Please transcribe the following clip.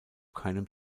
keinem